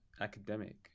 academic